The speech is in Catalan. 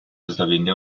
esdevingué